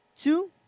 two